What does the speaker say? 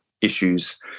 issues